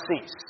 cease